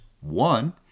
One